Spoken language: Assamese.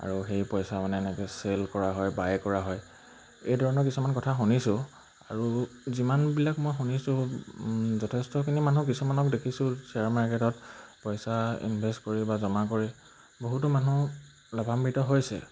আৰু সেই পইচা মানে এনেকৈ চেল কৰা হয় বাই কৰা হয় এইধৰণৰ কিছুমান কথা শুনিছোঁ আৰু যিমানবিলাক মই শুনিছোঁ যথেষ্টখিনি মানুহ কিছুমানক দেখিছোঁ শ্বেয়াৰ মাৰ্কেটত পইচা ইনভেষ্ট কৰি বা জমা কৰি বহুতো মানুহ লাভান্বিত হৈছে